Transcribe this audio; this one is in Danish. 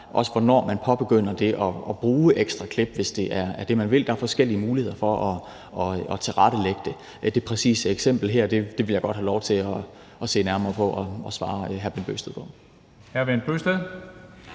også hvornår man påbegynder at bruge ekstra klip, hvis det er det, man vil. Der er forskellige muligheder for at tilrettelægge det. Det præcise eksempel her vil jeg godt have lov til at se nærmere på for at svare hr. Bent Bøgsted på det.